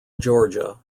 georgia